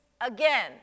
again